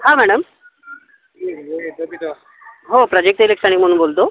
हां मॅडम हो प्राजक्ता इलेक्ट्रॉनिकमधून बोलतो